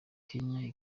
kenya